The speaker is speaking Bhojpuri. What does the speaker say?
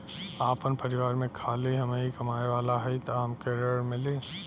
आपन परिवार में खाली हमहीं कमाये वाला हई तह हमके ऋण मिली?